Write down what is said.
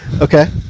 Okay